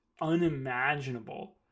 unimaginable